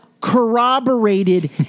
corroborated